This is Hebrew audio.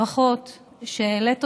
ברכות על שהעלית אותה,